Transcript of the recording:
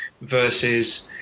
versus